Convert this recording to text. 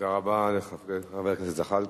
תודה רבה לחבר הכנסת זחאלקה.